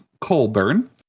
Colburn